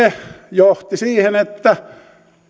johti siihen että